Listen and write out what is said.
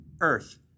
earth